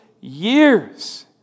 years